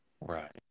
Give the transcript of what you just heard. Right